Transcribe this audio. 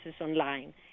online